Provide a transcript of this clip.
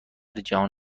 جهان